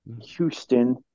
Houston